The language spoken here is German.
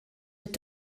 mit